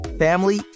Family